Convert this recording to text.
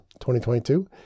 2022